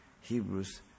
Hebrews